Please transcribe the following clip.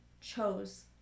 Chose